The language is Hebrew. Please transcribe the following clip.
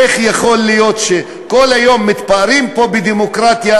איך יכול להיות שכל היום מתפארים פה בדמוקרטיה,